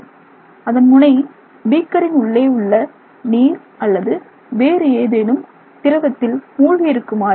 அதன் முனை பீக்கரின் உள்ளே உள்ள நீர் அல்லது வேறு ஏதேனும் திரவத்தில் மூழ்கி இருக்குமாறு செய்ய வேண்டும்